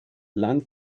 land